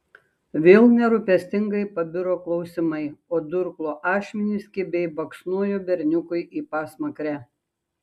vėl nerūpestingai pabiro klausimai o durklo ašmenys kibiai baksnojo berniukui į pasmakrę